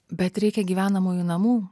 bet reikia gyvenamųjų namų